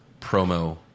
promo